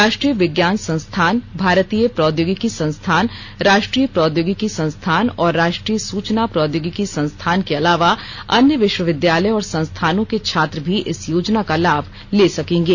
राष्ट्रीय विज्ञान संस्थान भारतीय प्रौद्योगिकी संस्थान राष्ट्रीय प्रौद्योगिकी संस्थान और राष्ट्रीय सुचना प्रौद्योगिकी संस्थान के अलावा अन्य विश्वविद्यालय और संस्थानों के छात्र भी इस योजना का लाभ ले सकेंगे